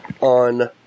on